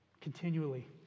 Continually